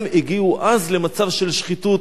הם הגיעו אז למצב של שחיתות,